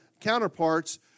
counterparts